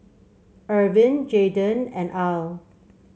Ervin Jayden and Al